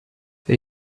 they